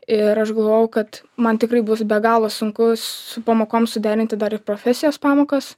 ir aš galvojau kad man tikrai bus be galo sunku su pamokom suderinti dar ir profesijos pamokas